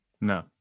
No